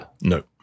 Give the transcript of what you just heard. No